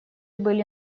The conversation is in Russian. были